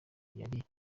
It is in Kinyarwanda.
yari